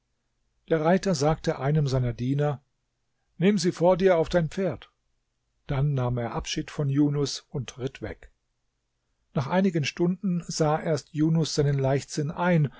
der reiter sagte einem seiner diener nimm sie vor dir auf dein pferd dann nahm er abschied von junus und ritt weg nach einigen stunden sah erst junus seinen leichtsinn ein